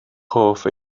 hoff